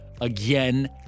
again